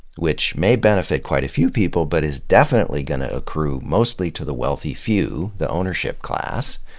which may benefit quite a few people, but is definitely going to accrue mostly to the wealthy few, the ownership class.